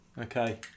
Okay